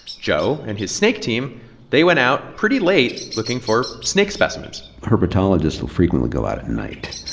joe and his snake team they went out pretty late looking for snake specimens herpetologists will frequently go out at night.